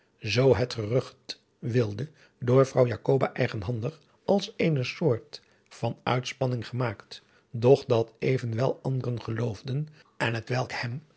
zoo het gerucht wilde door vrouw jacoba eigenhandig als eene soort van uitspanning gemaakt doch dat evenwel anderen geloofden en het welk hem